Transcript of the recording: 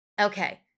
Okay